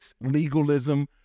legalism